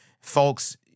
Folks